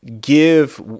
give